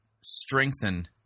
strengthen